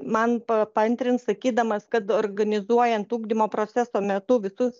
man paantrins sakydamas kad organizuojant ugdymo proceso metu visus